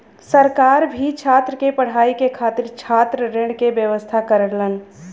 सरकार भी छात्र के पढ़ाई के खातिर छात्र ऋण के व्यवस्था करलन